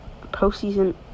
postseason